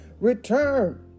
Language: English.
return